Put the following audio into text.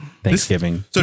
Thanksgiving